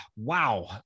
Wow